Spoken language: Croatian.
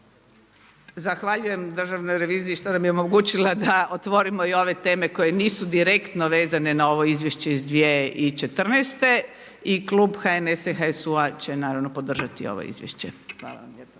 Zahvaljujem državnoj reviziji što nam je omogućila da otvorimo i ove teme koje nisu direktno vezane na ovo izvješće iz 2014. i klub HNS-a i HSU-a će naravno podržati ovo izvješće. Hvala vam lijepa.